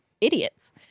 idiots